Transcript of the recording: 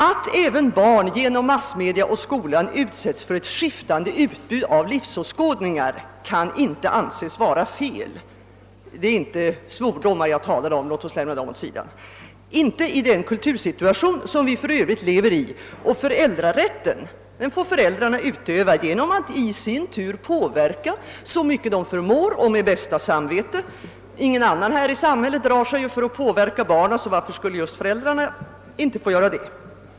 Att även barn genom massmedia och skolan utsätts för ett skiftande utbud av livsåskådningar kan inte anses vara fel -— det är inte svordomar jag talar om; låt oss lämna dem åt sidan — i den kultursituation som vi för övrigt lever i. Föräldrarätten får föräldrarna utöva genom att i sin tur påverka så mycket de förmår och med bästa samvete. Ingen annan här i samhället drar sig ju för att påverka barnen, så varför skulle föräldrarna göra det?